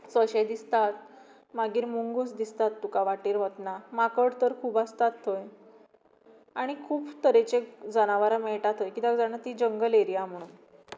सोंशे दिसतात मागीर मुंगूस दिसतात तुका वाटेर वतना माकड तर खूब आसतात थंय आनी खूब तरेचे जनावरां मेळटात थंय कित्याक जाणां ती जंगल एरिया म्हणून